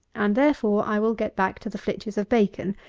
and, therefore, i will get back to the flitches of bacon,